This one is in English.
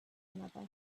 another